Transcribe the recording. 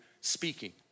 speaking